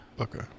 Okay